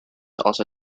also